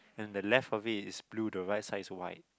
and the left of it is blue the right side is white